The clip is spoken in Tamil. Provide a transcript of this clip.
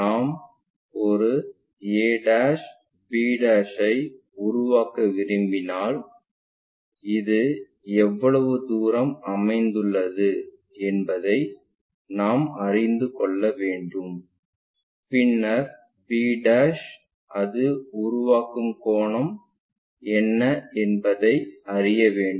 நாம் ஒரு a b ஐ உருவாக்க விரும்பினால் இது எவ்வளவு தூரம் அமைந்துள்ளது என்பதை நாம் அறிந்து கொள்ள வேண்டும் பின்னர் b அது உருவாக்கும் கோணம் என்ன என்பதை அறிய வேண்டும்